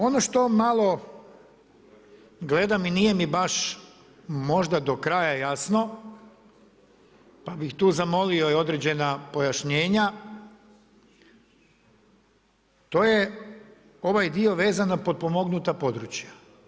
Ono što malo gledam i nije mi baš možda do kraja jasno, pa bih tu zamolio i određena pojašnjenja, to je ovaj dio vezan za potpomognuta područja.